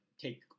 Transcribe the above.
take